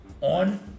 on